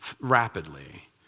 rapidly